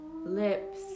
Lips